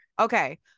Okay